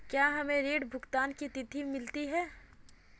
क्या हमें ऋण भुगतान की तिथि मिलती है?